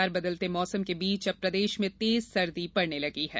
लगातार बदलते मौसम के बीच अब प्रदेश में तेज सर्दी पड़ने लगी है